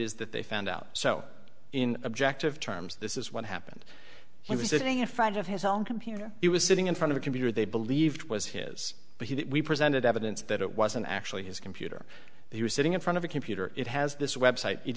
is that they found out so in objective terms this is what happened he was sitting in front of his own computer he was sitting in front of a computer they believed was his but he presented evidence that it wasn't actually his computer he was sitting in front of a computer it has this website it